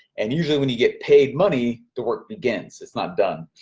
and usually when you get paid money, the work begins, it's not done.